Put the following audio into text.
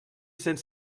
cent